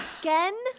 again